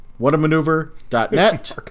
Whatamaneuver.net